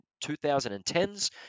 2010s